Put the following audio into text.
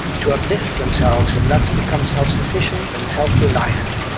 to uplift themselves and thus become self-sufficient and self-reliant.